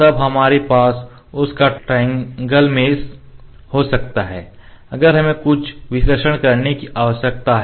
तब हमारे पास उस का ट्राइऐंगल मेश हो सकता है अगर हमें कुछ विश्लेषण करने की आवश्यकता है